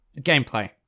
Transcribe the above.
Gameplay